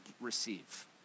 receive